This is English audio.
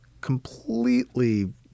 completely